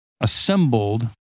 assembled